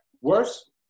Worse